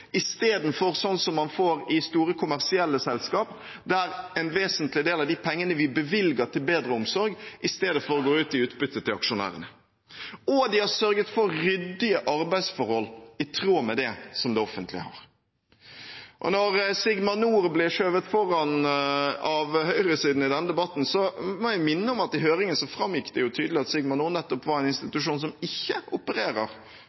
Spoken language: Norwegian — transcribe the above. man får i store kommersielle selskap, der en vesentlig del av de pengene vi bevilger til bedre omsorg, i stedet går til utbytte til aksjonærene – og de har sørget for ryddige arbeidsforhold, i tråd med det som det offentlige har. Når Sigma Nord blir skjøvet fram av høyresiden i denne debatten, må jeg minne om at i høringen framgikk det jo tydelig at Sigma Nord nettopp var en institusjon som ikke opererer